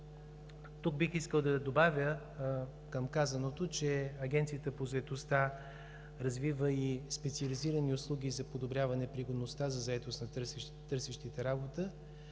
Тук бих искал да добавя към казаното, че Агенцията по заетостта развива и специализирани услуги за подобряване пригодността за заетост на търсещите работа